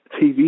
TV